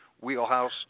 wheelhouse